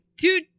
two